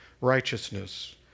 righteousness